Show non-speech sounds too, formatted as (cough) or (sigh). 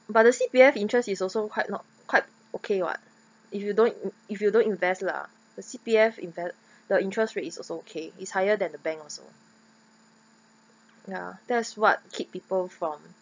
but the C_P_F interest is also quite not quite okay [what] if you don't (noise) if you don't invest lah the C_P_F inve~ the interest rate is also okay is higher than the bank also ya that's what keep people from